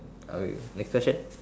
next question